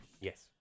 Yes